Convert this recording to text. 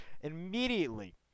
Immediately